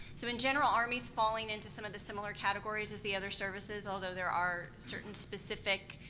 so in general, army's falling into some of the similar categories as the other services, although there are certain specific,